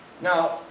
Now